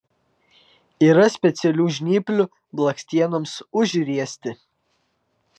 yra specialių žnyplių blakstienoms užriesti